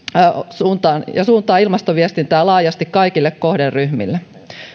suuntaan ja suuntaa ilmastoviestintää laajasti kaikille kohderyhmille